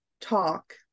talk